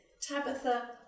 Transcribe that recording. Tabitha